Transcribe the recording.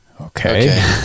Okay